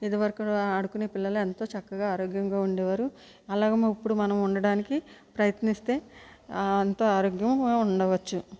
ఇది వరకు ఆడుకునే పిల్లలు ఎంతో చక్కగా ఆరోగ్యంగా ఉండేవారు అలాగే ఇప్పుడు మనం ఉండడానికి ప్రయత్నిస్తే ఎంతో ఆరోగ్యంగా ఉండవచ్చు